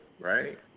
right